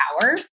power